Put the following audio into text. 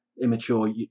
immature